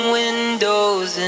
windows